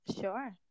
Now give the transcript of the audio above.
Sure